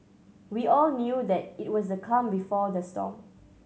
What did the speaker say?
we all knew that it was the calm before the storm